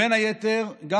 בין היתר גם